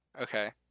Okay